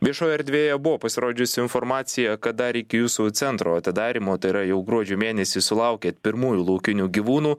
viešoje erdvėje buvo pasirodžiusi informacija kad dar iki jūsų centro atidarymo tai yra jau gruodžio mėnesį sulaukėt pirmųjų laukinių gyvūnų